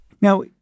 Now